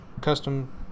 custom